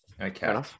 Okay